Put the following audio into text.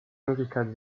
möglichkeit